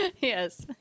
Yes